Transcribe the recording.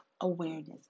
awareness